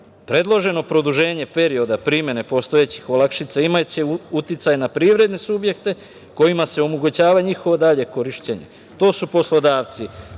lica. Predloženo produženje perioda primene postojećih olakšica imaće uticaj na privredne subjekte kojima se omogućava njihovo dalje korišćenje. To su poslodavci: